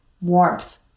Warmth